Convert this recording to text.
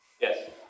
Yes